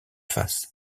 faces